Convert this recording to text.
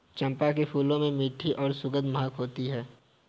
चंपा के फूलों में मीठी और सुखद महक होती है